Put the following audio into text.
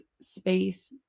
space